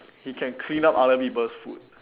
he can clean up other people's food